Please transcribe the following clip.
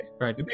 Right